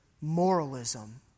moralism